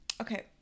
Okay